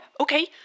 Okay